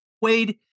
Wade